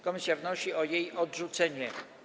Komisja wnosi o jej odrzucenie.